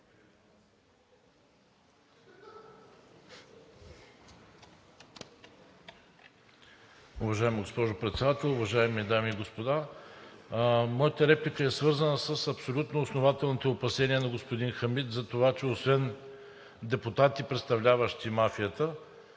Уважаема госпожо Председател, уважаеми дами и господа! Моята реплика е свързана с абсолютно основателните опасения на господин Хамид за това, че освен депутати, представляващи мафията,